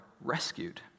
rescued